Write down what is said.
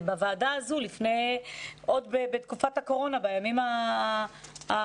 בוועדה הזו עוד בתקופת הקורונה, בימים הקשים.